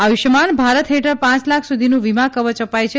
આયુષ્યમાન ભારત હેઠળ પાંચ લાખ સુધીનું વીમા કવચ અપાય છે